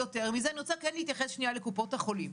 יותר מזה, אני רוצה להתייחס לקופות החולים.